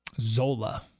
Zola